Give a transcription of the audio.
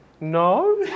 No